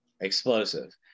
Explosive